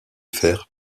fer